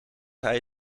hij